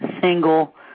single